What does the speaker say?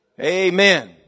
Amen